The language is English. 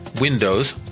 Windows